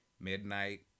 midnight